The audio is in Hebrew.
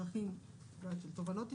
בדרכים של תובענות ייצוגיות,